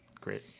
Great